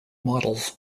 models